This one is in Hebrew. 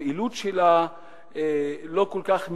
הפעילות שלה לא כל כך מתבלטת,